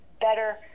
better